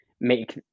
make